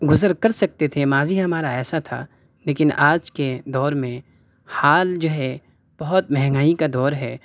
گزر کر سکتے تھے ماضی ہمارا ایسا تھا لیکن آج کے دور میں حال جو ہے بہت مہنگائی کا دور ہے